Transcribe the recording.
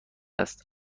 است